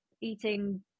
eating